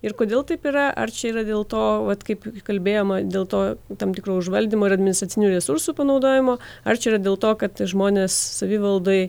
ir kodėl taip yra ar čia yra dėl to vat kaip kalbėjome dėl to tam tikro užvaldymo ir administracinių resursų panaudojimo ar čia yra dėl to kad žmonės savivaldoj